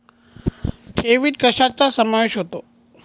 ठेवीत कशाचा समावेश होतो?